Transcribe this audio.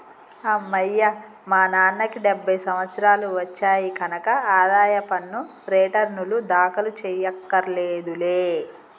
అమ్మయ్యా మా నాన్నకి డెబ్భై సంవత్సరాలు వచ్చాయి కనక ఆదాయ పన్ను రేటర్నులు దాఖలు చెయ్యక్కర్లేదులే